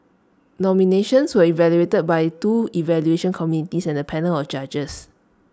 nominations were evaluated by two evaluation committees and A panel of judges